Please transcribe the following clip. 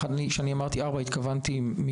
מתוך הארבע עבירות שנכללות בסעיף 26א אנחנו נשארים עם